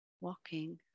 walking